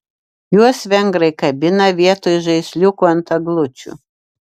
juos vengrai kabina vietoj žaisliukų ant eglučių